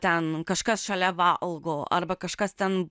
ten kažkas šalia valgo arba kažkas ten